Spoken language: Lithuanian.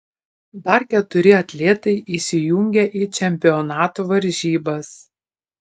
dar keturi atletai įsijungia į čempionato varžybas